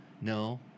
no